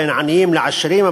בין עניים לעשירים,